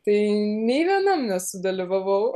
tai nei vienam nesudalyvavau